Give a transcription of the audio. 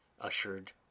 ushered